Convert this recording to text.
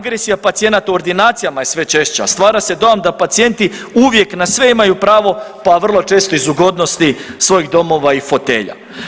Agresija pacijenata u ordinacijama je sve češća, stvara se dojam da pacijenti uvijek na sve imaju pravo pa vrlo često iz ugodnosti svojih domova i fotelja.